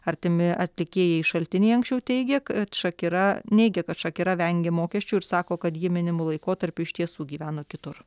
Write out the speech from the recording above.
artimi atlikėjai šaltiniai anksčiau teigė kad šakira neigė kad šakira vengė mokesčių ir sako kad ji minimu laikotarpiu iš tiesų gyveno kitur